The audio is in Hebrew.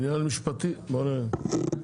עניין משפטי, בואו נראה.